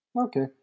Okay